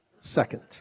second